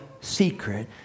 secret